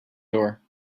door